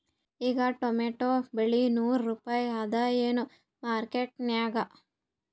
ಈಗಾ ಟೊಮೇಟೊ ಬೆಲೆ ನೂರು ರೂಪಾಯಿ ಅದಾಯೇನ ಮಾರಕೆಟನ್ಯಾಗ?